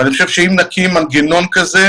אני חושב שאם נקים מנגנון כזה,